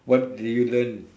what did you learn